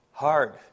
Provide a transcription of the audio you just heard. hard